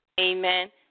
Amen